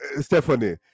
stephanie